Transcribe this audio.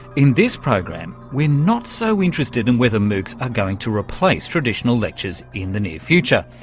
in this program we're not so interested in whether moocs are going to replace traditional lectures in the near future.